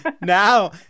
Now